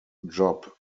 job